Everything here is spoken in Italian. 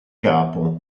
capo